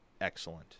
excellent